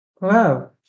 Wow